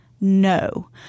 no